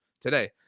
today